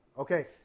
Okay